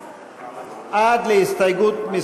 51, נגד, 64. ההסתייגות לא התקבלה.